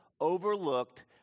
overlooked